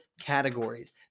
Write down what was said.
categories